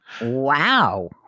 Wow